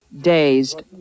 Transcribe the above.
Dazed